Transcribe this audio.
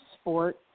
sport